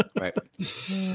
Right